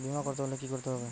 বিমা করতে হলে কি করতে হবে?